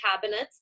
cabinets